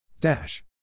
Dash